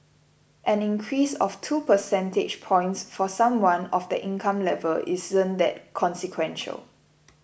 an increase of two percentage points for someone of that income level isn't that consequential